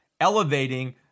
elevating